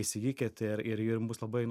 įsigykit ir ir jum bus labai